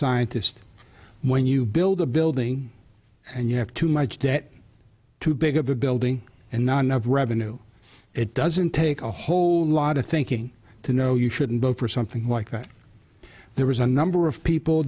scientist when you build a building and you have too much debt too big of a building and none of revenue it doesn't take a whole lot of thinking to know you shouldn't vote for something like that there was a number of people